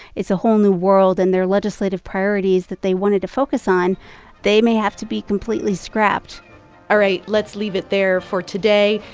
it's a whole new world. and their legislative priorities that they wanted to focus on they may have to be completely scrapped all right. let's leave it there for today.